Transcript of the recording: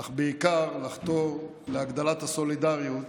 אך בעיקר לחתור להגדלת הסולידריות